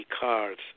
cards